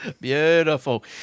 Beautiful